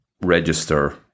register